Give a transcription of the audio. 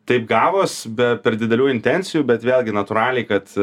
taip gavosi be per didelių intencijų bet vėlgi natūraliai kad